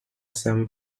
same